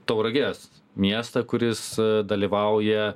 tauragės miestą kuris dalyvauja